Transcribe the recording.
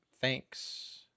Thanks